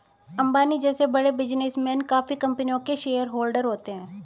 अंबानी जैसे बड़े बिजनेसमैन काफी कंपनियों के शेयरहोलडर होते हैं